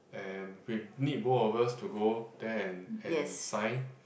and need both of us to go there and and sign